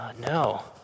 no